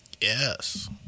Yes